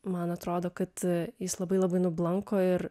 man atrodo kad jis labai labai nublanko ir